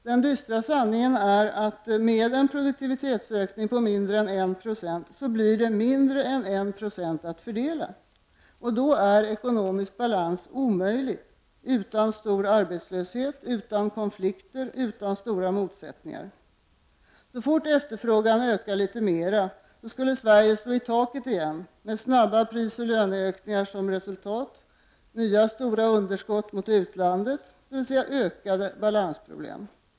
Den dystra sanningen är att med en produktivitetsökning på mindre än en procent så blir det mindre än en procent att fördela. Då är ekonomisk balans omöjlig utan stor arbetslöshet, utan konflikter och utan stora motsättningar. Så fort efterfrågan ökar litet mer skulle Sverige slå i taket igen, med snabba prisoch löneökningar som resultat, nya stora underskott gentemot utlandet, dvs. ökade balansproblem som följd.